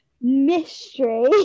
mystery